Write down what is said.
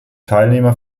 teilnehmer